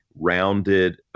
rounded